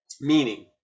meaning